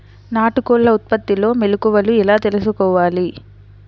నాటుకోళ్ల ఉత్పత్తిలో మెలుకువలు ఎలా తెలుసుకోవాలి?